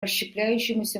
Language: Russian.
расщепляющемуся